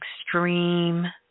extreme